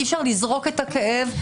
אי-אפשר לזרוק את הכאב,